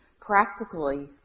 practically